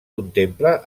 contempla